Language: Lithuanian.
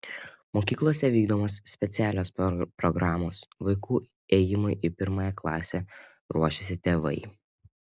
mokyklose vykdomos specialios programos vaikų ėjimui į pirmąją klasę ruošiasi tėvai